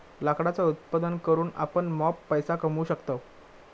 लाकडाचा उत्पादन करून आपण मॉप पैसो कमावू शकतव